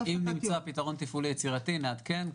אם נמצא פתרון תפעולי יצירתי אז נעדכן.